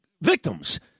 victims